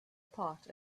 part